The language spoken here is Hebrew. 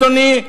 אדוני,